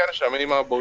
and so mini mart but